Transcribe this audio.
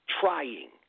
Trying